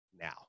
now